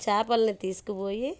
చాపలని తీసుకుపోయి